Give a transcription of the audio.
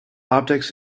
optics